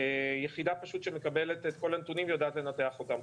יחידה פשוט שמקבלת את כל הנתונים ויודעת לנתח אותם.